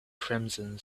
crimson